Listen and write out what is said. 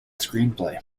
screenplay